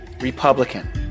Republican